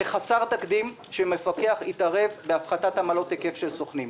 זה חסר תקדים שמפקח יתערב בהפחתת עמלות היקף של סוכנים.